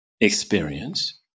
experience